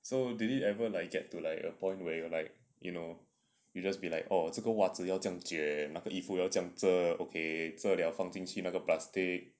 so did he ever like get to like a point where you're like you know you just be like oh 这个袜子要这样卷那个衣服要这样折 okay 折了放进去那个 plastic